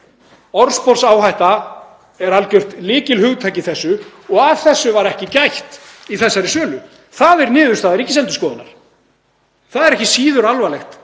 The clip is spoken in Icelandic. Orðsporsáhætta er algert lykilhugtak í þessu og að því var ekki gætt í þessari sölu. Það er niðurstaða Ríkisendurskoðunar. Það er ekki síður alvarlegt,